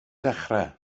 dechrau